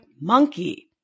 monkey